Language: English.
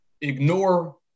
ignore